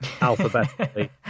alphabetically